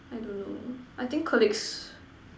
I don't know I think colleagues